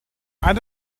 add